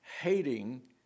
hating